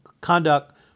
conduct